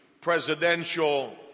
presidential